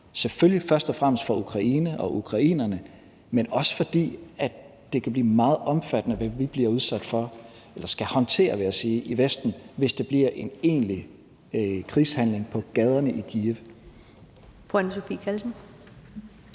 selvfølgelig først og fremmest for Ukraine og ukrainerne, men også fordi det kan blive meget omfattende, hvad vi skal håndtere i Vesten, hvis der bliver egentlige krigshandlinger på gaderne i Kyiv. Kl.